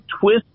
twist